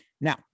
Now